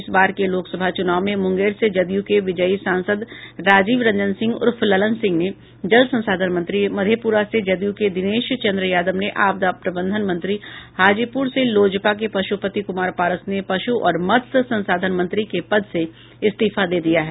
इस बार के लोकसभा चुनाव में मुंगेर से जदयू के विजयी सांसद राजीव रंजन सिंह उर्फ ललन सिंह ने जल संसाधन मंत्री मधेप्रा से जदयू के दिनेश चन्द्र यादव ने आपदा प्रबंधन मंत्री हाजीपुर से लोजपा के पशुपति कुमार पारस ने पशु और मत्स्य संसाधन मंत्री के पद से इस्तीफा दे दिया है